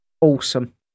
awesome